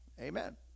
Amen